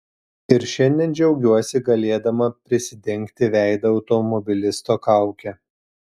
ir šiandien džiaugiuosi galėdama prisidengti veidą automobilisto kauke